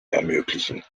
ermöglichen